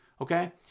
okay